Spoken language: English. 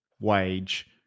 wage